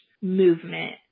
movement